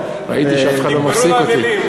ראיתי שאף אחד לא מפסיק אותי.